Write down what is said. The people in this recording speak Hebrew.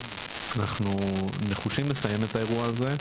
אנחנו נחושים לסיים את האירוע הזה.